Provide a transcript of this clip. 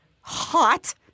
hot